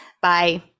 Bye